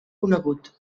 conegut